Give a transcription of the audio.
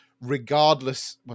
regardless